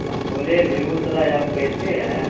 हम बोले बेगूसराय अब कैसा है